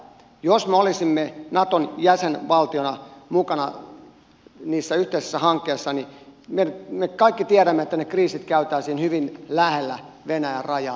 jos me olisimme naton jäsenvaltiona mukana niissä yhteisissä hankkeissa niin me kaikki tiedämme että ne kriisit käytäisiin hyvin lähellä venäjän rajaa